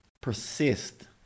persist